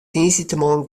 tiisdeitemoarn